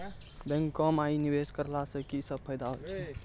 बैंको माई निवेश कराला से की सब फ़ायदा हो छै?